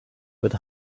with